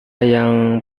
yang